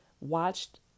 watched